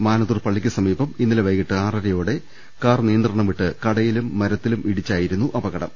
മാനത്തൂർ പള്ളിക്കു സമീപം ഇന്നലെ വൈകിട്ട് ആറരയോടെ കാർ നിയന്ത്രണം വിട്ട് കടയിലും മരത്തിലും ഇടിച്ചായി രുന്നു അപകടം